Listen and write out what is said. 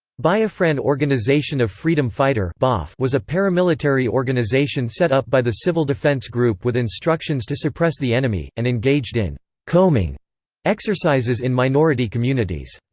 biafran organization of freedom fighter but was a paramilitary organization set up by the civil defense group with instructions to suppress the enemy, and engaged in combing exercises in minority communities.